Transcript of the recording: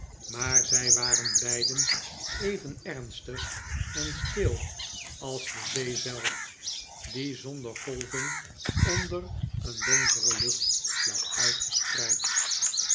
maar zij waren beiden even ernstig en stil als de zee zelf die zonder golving onder een donkere lucht lag